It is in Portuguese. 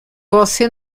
você